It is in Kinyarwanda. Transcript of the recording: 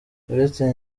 uretse